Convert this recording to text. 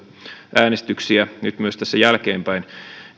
äänestyksiä nyt myös tässä jälkeenpäin